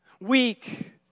weak